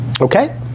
Okay